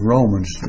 Romans